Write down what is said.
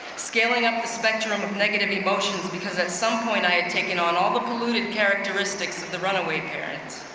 scaling up the spectrum of negative emotions because at some point i had taken on all the polluted characteristics of the runaway parents.